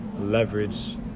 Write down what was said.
leverage